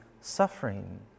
suffering